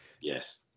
Yes